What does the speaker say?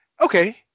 okay